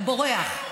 אתה בורח.